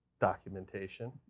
Documentation